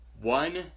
one